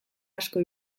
asko